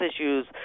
issues